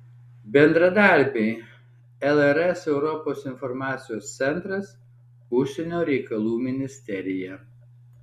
bendradarbiai lrs europos informacijos centras užsienio reikalų ministerija